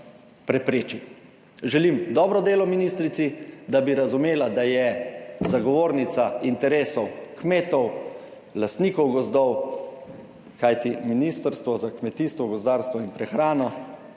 prepreči. Želim dobro delo ministrici, da bi razumela, da je zagovornica interesov kmetov, lastnikov gozdov, kajti Ministrstvo za kmetijstvo, gozdarstvo in prehrano